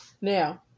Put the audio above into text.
Now